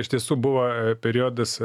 iš tiesų buvo periodas